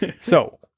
So-